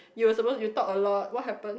you will suppose to talk a lot what happen